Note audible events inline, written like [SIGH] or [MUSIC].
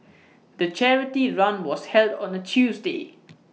[NOISE] the charity run was held on A Tuesday